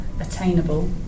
attainable